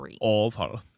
Oval